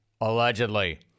allegedly